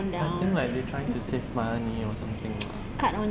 I think they're trying to save money or something lah